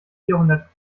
vierhundert